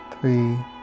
three